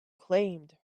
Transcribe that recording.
claimed